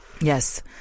Yes